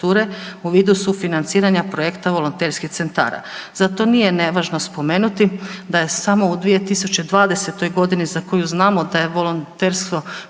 u vidu sufinanciranja projekta volonterskih centara. Zato nije nevažno spomenuti da je samo u 2020. godini za koju znamo da je volonterstvo